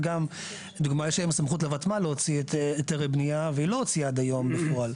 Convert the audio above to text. וגם אם סמכות לותמ"ל להוציא היתרי בנייה והיא לא הוציאה עד היום בפועל,